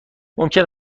ممکن